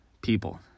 people